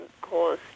cause